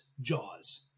Jaws